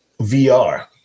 VR